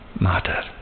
matter